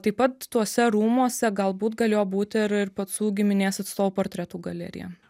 taip pat tuose rūmuose galbūt galėjo būt ir pacų giminės atstovų portretų galerija